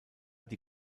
die